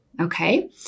Okay